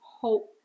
hope